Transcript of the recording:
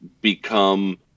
become